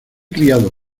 criado